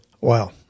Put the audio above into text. Wow